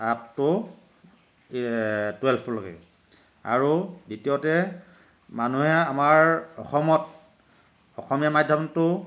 up to টুৱেল্ভলৈকে আৰু দ্বিতীয়তে মানুহে আমাৰ অসমত অসমীয়া মাধ্যমটো